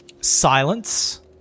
silence